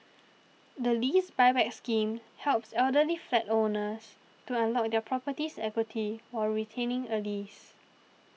the Lease Buyback Scheme helps elderly flat owners to unlock their property's equity while retaining a lease